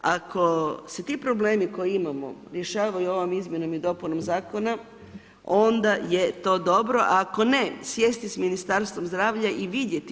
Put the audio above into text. Ako se ti problemi koje imamo rješavaju ovom izmjenom i dopunom zakona, onda je to dobro, ako ne, sjesti sa Ministarstvo zdravlja i vidjeti.